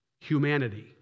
humanity